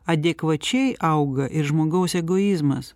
adekvačiai auga ir žmogaus egoizmas